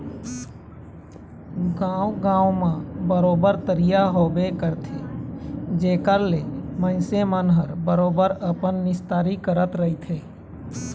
गाँव गाँव म बरोबर तरिया होबे करथे जेखर ले मनखे मन ह बरोबर अपन निस्तारी करत रहिथे